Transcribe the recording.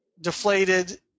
deflated